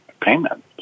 payment